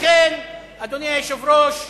לכן, אדוני היושב-ראש,